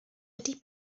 ydy